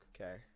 Okay